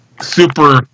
super